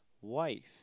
wife